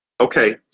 okay